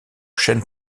chaîne